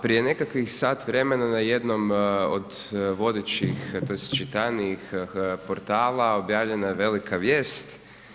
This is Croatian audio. Prije nekakvih sat vremena na jednom od vodećih tj. čitanijih portala obavljena je velika vijest.